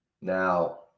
Now